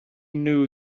knew